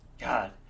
God